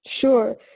Sure